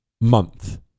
month